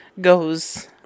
goes